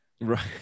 right